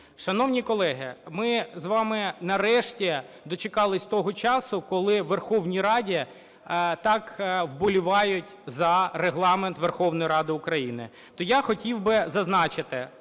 Шановні колеги, ми з вами нарешті дочекалися того часу, коли у Верховній Раді так вболівають за Регламент Верховної Ради України. То я хотів би зазначити,